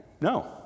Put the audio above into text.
No